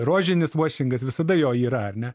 rožinis vuošingas visada jo yra ar ne